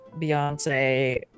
Beyonce